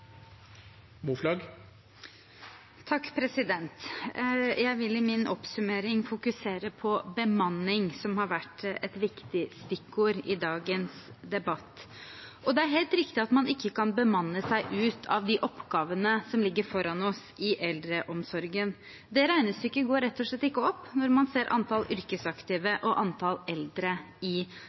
Jeg vil i min oppsummering fokusere på bemanning, som har vært et viktig stikkord i dagens debatt. Det er helt riktig at man ikke kan bemanne seg ut av de oppgavene som ligger foran oss i eldreomsorgen. Det regnestykket går rett og slett ikke opp når man ser antall yrkesaktive og antall eldre i